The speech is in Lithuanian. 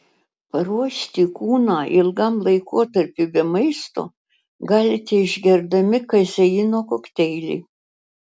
paruošti kūną ilgam laikotarpiui be maisto galite išgerdami kazeino kokteilį